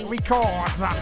Records